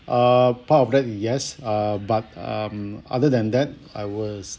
uh part of that yes uh but um other than that I was